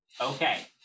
Okay